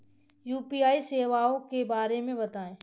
UPI सेवाओं के बारे में बताएँ?